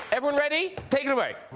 everyone ready take it away